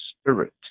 Spirit